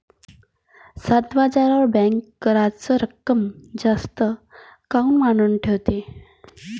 सातबाऱ्यावर बँक कराच रक्कम जास्त काऊन मांडून ठेवते?